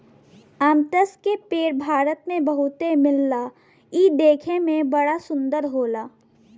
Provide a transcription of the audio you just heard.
अमलतास के पेड़ भारत में बहुते मिलला इ देखे में बड़ा सुंदर होला